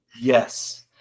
Yes